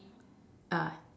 ah